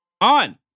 on